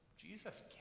Jesus